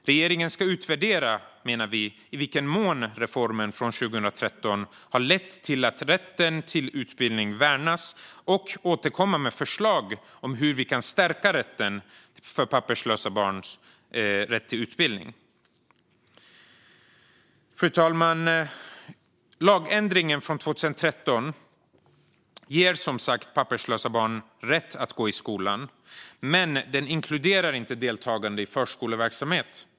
Regeringen ska utvärdera, menar vi, i vilken mån reformen från 2013 har lett till att rätten till utbildning värnas, och regeringen ska återkomma med förslag om hur vi kan stärka papperslösa barns rätt till utbildning. Fru talman! Lagen från 2013 ger, som sagt, papperslösa barn rätt att gå i skolan, men den inkluderar inte deltagande i förskoleverksamhet.